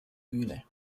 bühne